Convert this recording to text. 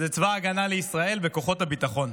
וזה צבא ההגנה לישראל וכוחות הביטחון.